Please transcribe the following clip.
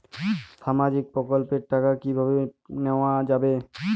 সামাজিক প্রকল্পের টাকা কিভাবে নেওয়া যাবে?